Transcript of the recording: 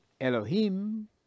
Elohim